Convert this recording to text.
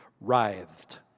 writhed